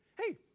Hey